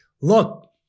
look